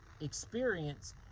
experience